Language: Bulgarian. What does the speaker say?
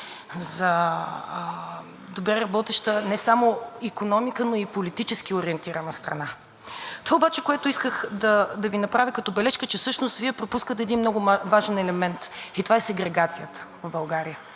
за добре работеща не само икономика, но и политически ориентирана страна. Това обаче, което исках да Ви направя като бележка, е всъщност, че Вие пропускате един много важен елемент и това е сегрегацията в България.